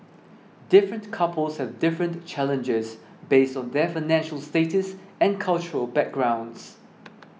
different couples have different challenges based on their financial status and cultural backgrounds